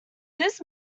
this